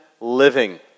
living